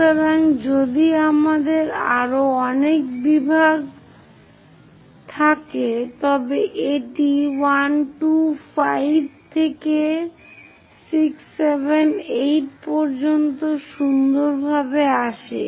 সুতরাং যদি আমাদের আরও অনেক বিভাগ থাকে তবে এটি 1 2 5 থেকে 6 7 8 পর্যন্ত সুন্দরভাবে আসে